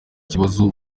ibibazo